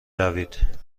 روید